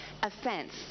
Offense